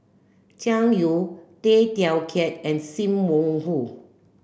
Jiang Yu Tay Teow Kiat and Sim Wong Hoo